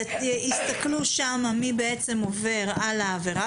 הם יסתכלו שם מי בעצם עובר עבירה,